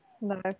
no